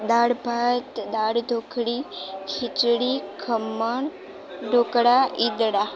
દાળ ભાત દાળ ઢોકળી ખીચડી ખમણ ઢોકળા ઈદડા